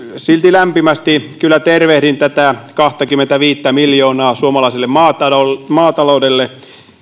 silti lämpimästi tervehdin tätä kahtakymmentäviittä miljoonaa suomalaiselle maataloudelle maataloudelle